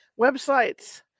Websites